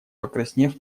покраснев